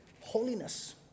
holiness